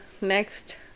next